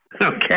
Okay